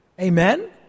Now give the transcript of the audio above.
Amen